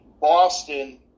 Boston